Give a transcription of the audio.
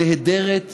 הנהדרת שבמדינות.